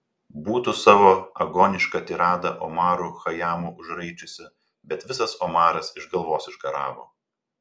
būtų savo agonišką tiradą omaru chajamu užraičiusi bet visas omaras iš galvos išgaravo